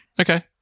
Okay